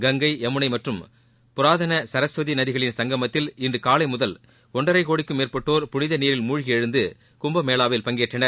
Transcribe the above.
கங்கை யமுனை மற்றம் புராதன சரஸ்வதி நதிகளின் சங்கமத்தில் இன்று காலை முதல் ஒன்றரை கோடிக்கும் மேற்பட்டோர் புனித நீரில் மூழ்கி எழுந்து கும்பமேளாவில் பங்கேற்றனர்